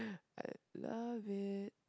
I love it